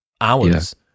hours